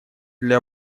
для